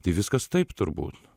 tai viskas taip turbūt